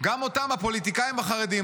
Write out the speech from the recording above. הפוליטיקאים החרדים,